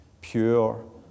pure